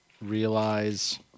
realize